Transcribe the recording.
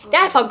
orh